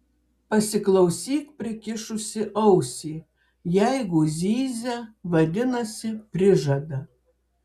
pasiklausyk prikišusi ausį jeigu zyzia vadinasi prižada